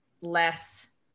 less